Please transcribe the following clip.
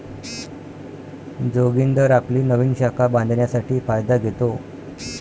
जोगिंदर आपली नवीन शाखा बांधण्यासाठी फायदा घेतो